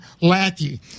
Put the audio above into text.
Lackey